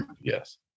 Yes